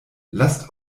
lasst